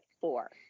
four